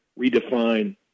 redefine